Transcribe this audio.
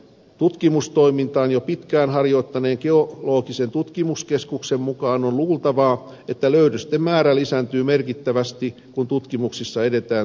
tutkimustoimintaa jo pitkään harjoittaneen geologian tutkimuskeskuksen mukaan on luultavaa että löydösten määrä lisääntyy merkittävästi kun tutkimuksissa edetään syvempiin maakerroksiin